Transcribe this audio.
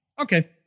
Okay